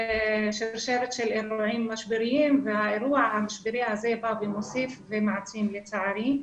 שרשרת של אירועים משבריים והאירוע המשברי הזה בא ומוסיף ומעצים לצערי,